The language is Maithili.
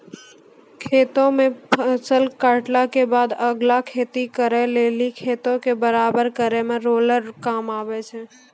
खेतो मे फसल काटला के बादे अगला खेती करे लेली खेतो के बराबर करै मे रोलर काम आबै छै